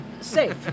Safe